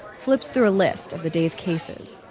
flipping through a list of the day's cases,